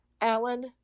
Alan